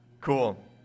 Cool